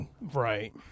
Right